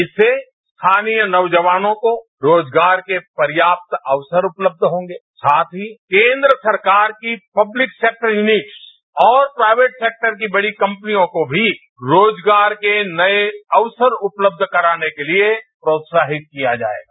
इससे स्थानीय नौजवानों को रोजगार के पर्यात अवसर को उपलब्ध होंगे औरसाथ ही केन्द्र सरकार की पक्लिक सेक्टर युनिट्स और प्राइवेट सेक्टर की बड़ी कंपनियोंको भी रोजगार के नए अवसर को उपलब्ध कराने के लिए प्रोत्साहित किया जाएगा